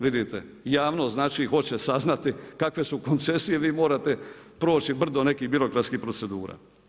Vidite javnost znači hoće saznati kakve su koncesije, vi morate proći brdo nekih birokratskih procedura.